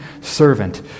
servant